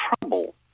trouble